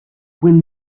when